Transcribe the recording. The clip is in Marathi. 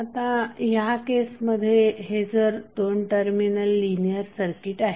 आता ह्या केसमध्ये हे जर 2 टर्मिनल लिनिअर सर्किट आहे